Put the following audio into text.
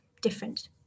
different